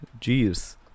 Jeez